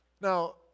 now